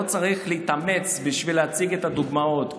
לא צריך להתאמץ בשביל להציג את הדוגמאות,